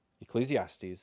Ecclesiastes